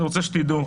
אני רוצה שתדעו,